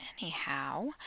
anyhow